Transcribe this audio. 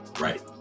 Right